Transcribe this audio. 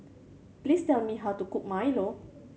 please tell me how to cook milo